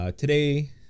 Today